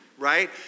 right